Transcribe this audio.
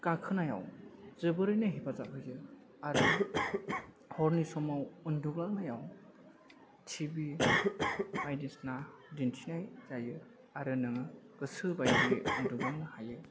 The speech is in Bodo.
गाखोनायाव जोबोरैनो हेफाजाब होयो आरो हरनि समाव उन्दुग्लांनायाव टि भि बायदिसिना दिन्थिनाय जायो आरो नोङो गोसो बायदियै उन्दुग्लांनो हायो